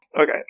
Okay